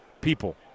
people